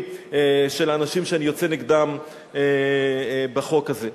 של האנשים שאני יוצא נגדם בחוק הזה.